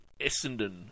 Essendon